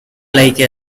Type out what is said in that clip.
like